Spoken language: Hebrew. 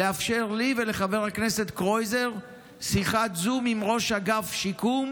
לאפשר לי ולחבר הכנסת קרויזר שיחת זום עם ראש אגף שיקום